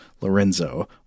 Lorenzo